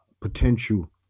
potential